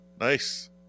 Nice